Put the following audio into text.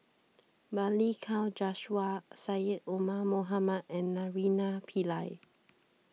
Balli Kaur Jaswal Syed Omar Mohamed and Naraina Pillai